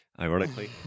ironically